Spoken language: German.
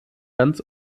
ganz